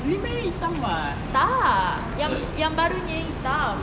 tak yang yang barunya hitam